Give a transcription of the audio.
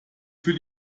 für